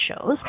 shows